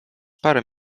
parę